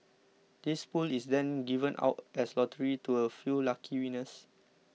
this pool is then given out as lottery to a few lucky winners